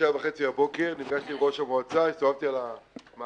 ב-7:30 נפגשתי עם ראש המועצה, הסתובבתי על המערכת.